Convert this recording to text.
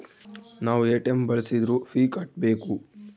ನಾವ್ ಎ.ಟಿ.ಎಂ ಬಳ್ಸಿದ್ರು ಫೀ ಕಟ್ಬೇಕು